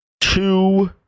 two